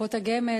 לקופות הגמל,